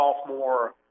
sophomore